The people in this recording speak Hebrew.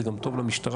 זה גם טוב למשטרה,